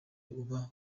uba